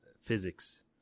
physics